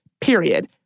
period